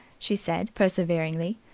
she said perseveringly,